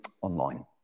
online